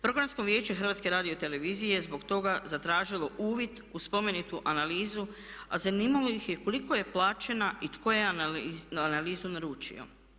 Programsko vijeće HRT-a je zbog toga zatražilo uvid u spomenutu analizu, a zanimalo ih je koliko je plaćena i tko je analizu naručio.